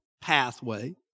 pathway